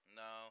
no